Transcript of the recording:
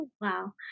Wow